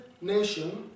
nation